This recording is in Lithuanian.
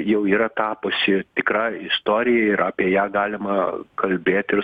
jau yra tapusi tikra istorija ir apie ją galima kalbėti ir